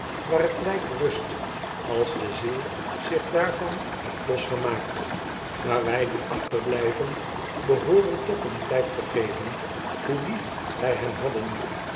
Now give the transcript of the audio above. waar of t lijk rust als de ziel zich daarvan heeft losgemaakt maar wij die achterblijven behooren toch een blijk te geven hoe lief wij hem hadden